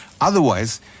Otherwise